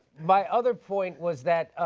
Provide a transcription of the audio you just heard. my other point was that